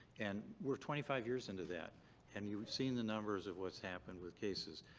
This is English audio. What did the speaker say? and we're twenty five years into that and you've seen the numbers of what's happened with cases.